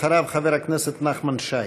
אחריו, חבר הכנסת נחמן שי.